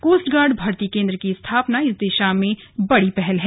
coast guard भर्ती केंद्र की स्थापना इस दिशा में बड़ी पहल है